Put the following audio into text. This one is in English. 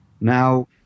Now